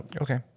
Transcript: Okay